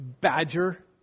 badger